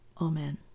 Amen